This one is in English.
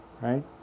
right